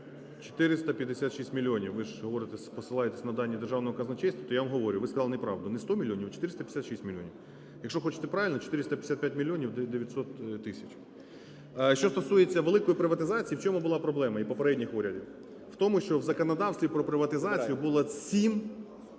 посилаєтесь на дані Державного казначейства, то я вам говорю, ви сказали неправду, не 100 мільйонів, а 456 мільйонів. Якщо хочете правильно – 455 мільйонів 900 тисяч. Що стосується великої приватизації, в чому була проблема і попередніх урядів. В тому, що в законодавстві про приватизацію було 7 різних